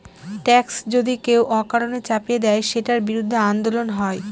tax যদি কেউ অকারণে চাপিয়ে দেয়, সেটার বিরুদ্ধে আন্দোলন হয়